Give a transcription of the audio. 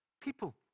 people